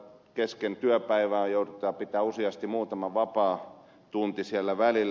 kesken työpäivää joudutaan pitämään useasti muutama vapaatunti siellä välillä